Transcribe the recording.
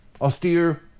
Austere